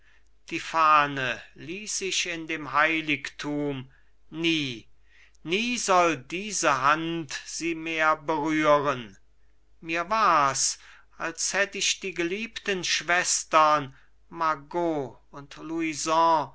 die fahne ließ ich in dem heiligtum nie nie soll diese hand sie mehr berühren mir wars als hätt ich die geliebten schwestern margot und louison